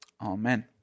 Amen